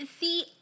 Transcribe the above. See